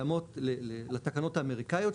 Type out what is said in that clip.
לתקנות האמריקאיות,